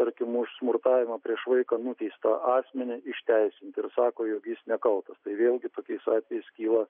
tarkim už smurtavimą prieš vaiką nuteistą asmenį išteisinti ir sako jog jis nekaltas tai vėlgi tokiais atvejais kyla